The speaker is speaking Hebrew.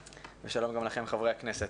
ושלום גם לכם, חברי הכנסת.